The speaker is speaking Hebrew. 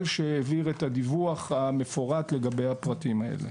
שהעביר את הדיווח המפורט לגבי הפרטים האלה.